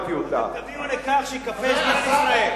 כי עד לרגע זה לא שמעתי אותה.